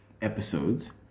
episodes